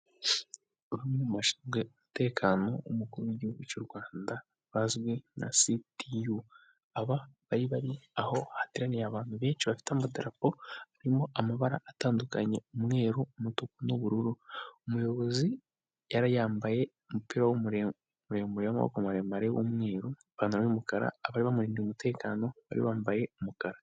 Bamwe mu bashinzwe umutekano w'umukuru w'Igihugu cy'u Rwanda bazwi nka CTU, aba bari bari aho hateraniye abantu benshi bafite amadarapo arimo amabara atandukanye umweru, umutuku n'ubururu, umuyobozi yari yambaye umupira muremure w'amaboko maremare w'umweru, ipantaro y'umukara, abari bamurindiye umutekano bari bambaye umukara.